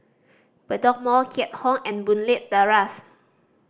Bedok Mall Keat Hong and Boon Leat Terrace